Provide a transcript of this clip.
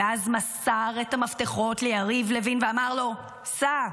ואז מסר את המפתחות ליריב לוין ואמר לו: סע,